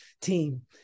team